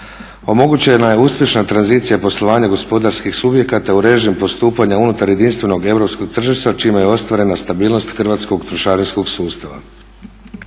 Omogućena je uspješna tranzicija poslovanje gospodarskih subjekata u … postupanja unutar jedinstvenog europskog tržišta čime je ostvarena stabilnost hrvatskog trošarinskog sustava.